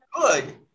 good